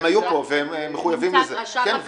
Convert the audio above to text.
הם היו פה והם מחויבים לזה.